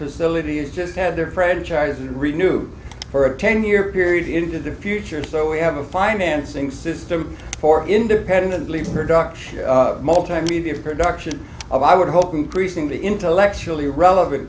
facility has just had their franchise renewed for a ten year period into the future so we have a financing system for independent leads production multimedia production of i would hope increasing the intellectually relevant